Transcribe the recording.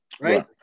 Right